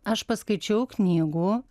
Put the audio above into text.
aš paskaičiau knygų